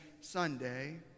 Sunday